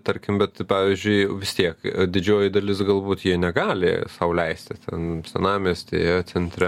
tarkim bet pavyzdžiui vis tiek didžioji dalis galbūt jie negali sau leisti ten senamiestyje centre